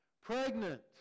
pregnant